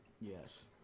Yes